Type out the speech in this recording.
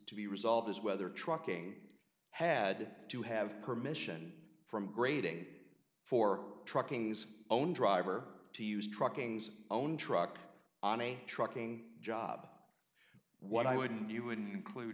to be resolved is whether trucking had to have permission from grading for trucking is owned driver to use trucking own truck on a trucking job what i would do you would